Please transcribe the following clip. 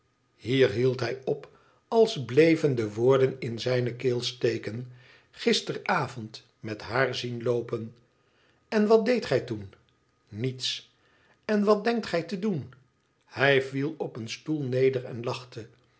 hier hield hij op als bleven de woorden in zijne keel steken t gisteravond met haar zien loepen n wat deedt gij toen niets len wat denkt gij te doen hij viel op een stoel neder en lachte